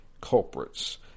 culprits